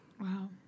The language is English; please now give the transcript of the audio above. Wow